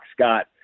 Scott